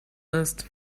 ist